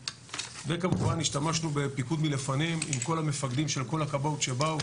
וכמובן השתמשנו בפיקוד מלפנים עם כל המפקדים של כל הכבאות שבאו,